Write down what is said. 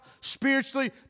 spiritually